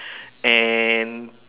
and